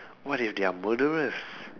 what if they're murderers